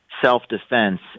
self-defense